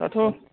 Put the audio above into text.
दाथ'